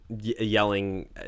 yelling